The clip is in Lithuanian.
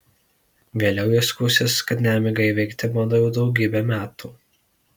vėliau ji skųsis kad nemigą įveikti bando jau daugybę metų